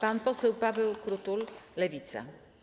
Pan poseł Paweł Krutul, Lewica.